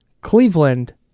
Cleveland